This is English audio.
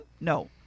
No